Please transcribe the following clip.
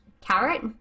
carrot